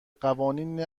قوانین